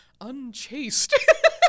unchaste